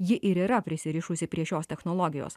ji ir yra prisirišusi prie šios technologijos